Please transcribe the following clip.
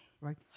right